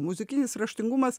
muzikinis raštingumas